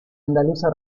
andaluza